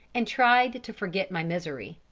and tried to forget my misery.